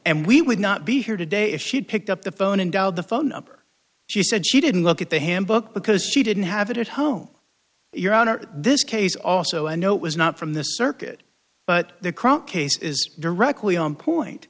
and we would not be here today if she'd picked up the phone and dial the phone up she said she didn't look at the handbook because she didn't have it at home your honor this case also i know it was not from the circuit but the current case is directly on point